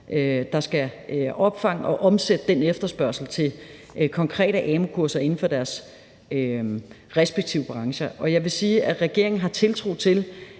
der skal opfange og omsætte den efterspørgsel til konkrete amu-kurser inden for deres respektive brancher. Og jeg vil sige, at regeringen har tiltro til,